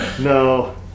no